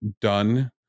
done